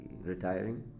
retiring